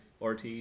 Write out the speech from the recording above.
RT